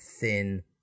thin